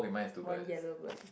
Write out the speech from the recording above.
one yellow bird